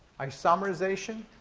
isomerization,